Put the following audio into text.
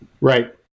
Right